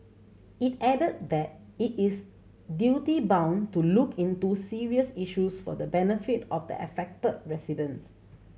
it added that it is duty bound to look into serious issues for the benefit of the affected residents